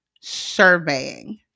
surveying